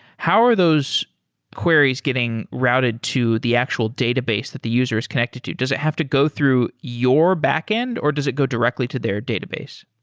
how are those queries getting routed to the actual database that the user is connected to? does it have to go through your backend or does it go directly to their database?